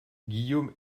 guillaume